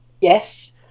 Yes